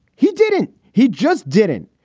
he didn't. he just didn't.